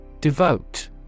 Devote